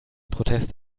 protest